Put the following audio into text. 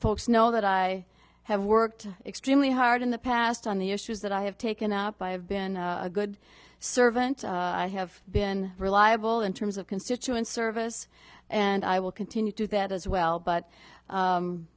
folks know that i have worked extremely hard in the past on the issues that i have taken up by i have been a good servant have been reliable in terms of constituent service and i will continue to do that as well but